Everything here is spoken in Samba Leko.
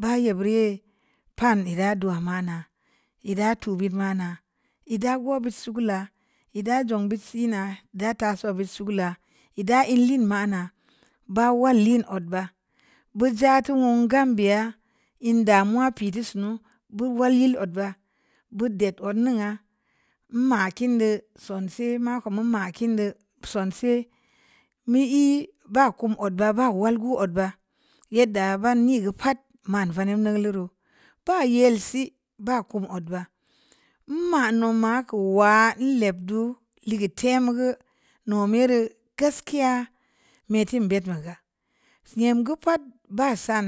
ba yebbira yee paan ira dua ma’na ida tu bid ma’ana, ida go’ bid sugula, ida zang bid si’na, ida tasoo bid sugula, ida in liin ma’na ba wal liin odba, bu za’ teu mung gambeya, in damuwa pii teu sunu bu wal yil olba, bu ded odningna n ma’ kimdeu sonsee, maako mu ma’ kinde sensee, mu i baa kum odba baa mal gu odba, yedda ban niigu pad ma’n veneb nigulu roo, baa yel si, baa kum odba, ma mamma keu ulaa n leb du, ligeu temu geu, nan yere gaskiya metin bedbuga, nyam geu pad baa san